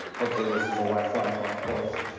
hopefully this is a lifeline going forward.